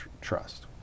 trust